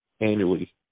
annually